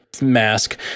mask